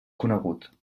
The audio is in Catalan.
conegut